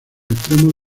extremos